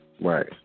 Right